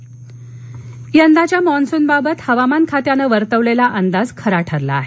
Manson यंदाच्या मान्सूनबाबत हवामान खात्यानं वर्तवलेला अंदाज खरा ठरला आहे